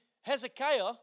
Hezekiah